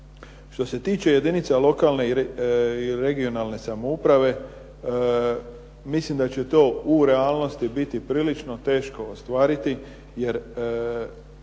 Što se tiče jedinica lokalne i regionalne samouprave mislim da će to u realnosti biti prilično teško ostvariti jer